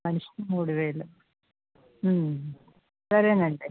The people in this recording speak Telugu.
మనిషికి మూడు వేలు సరే అండి అయితే